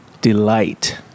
delight